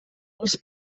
els